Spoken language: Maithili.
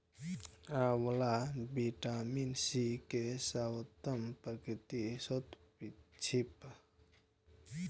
आंवला विटामिन सी के सर्वोत्तम प्राकृतिक स्रोत छियै